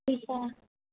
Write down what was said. फैसा